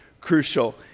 crucial